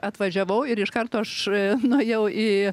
atvažiavau ir iš karto aš nuėjau į